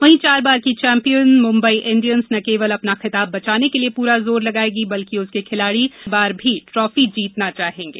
वहीं चार बार की चैंपियंस मुंबई इंडियंस न केवल अपना खिताब बचाने के लिये पूरा जोर लगाएगी बल्कि उसके खिलाड़ी पांचवीं बार भी ट्राफी जीतना चाहेंगे